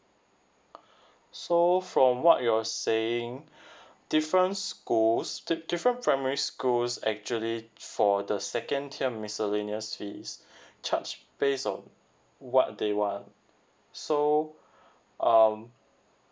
so from what you are saying difference school di~ different primary schools actually for the second tier miscellaneous fees charged based on what they want so um